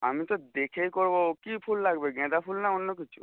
আমি তো দেখেই করবো কী ফুল লাগবে গেঁদা ফুল না অন্য কিছু